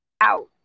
out